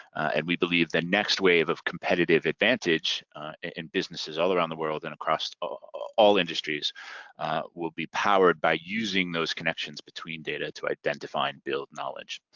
and we believe the next wave of competitive advantage in businesses all around the world and across ah all industries will be powered by using those connections between data to identify and build knowledge.